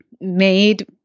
made